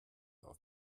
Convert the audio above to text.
auf